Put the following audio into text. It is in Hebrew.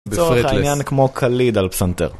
לצורך העניין, כמו קליד על פסנתר